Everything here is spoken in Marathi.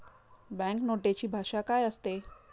बँक नोटेची भाषा काय असते?